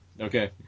Okay